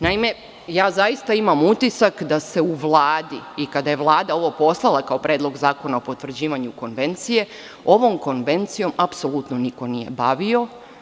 Naime, zaista imam utisak da se u Vladi i kada je Vlada ovo poslala kao Predlog zakona o potvrđivanju konvencije, ovom se konvencijom apsolutno niko nije bavio.